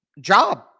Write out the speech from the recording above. job